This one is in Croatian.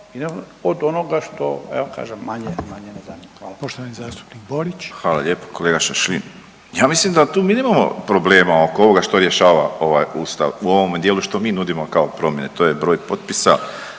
Poštovani zastupnik Borić. **Borić, Josip (HDZ)** Hvala lijepo kolega Šašlin. Ja mislim da tu mi nemamo problema oko ovoga što rješava ovaj Ustav u ovome dijelu što mi nudimo kao promjene, to je broj potpisa,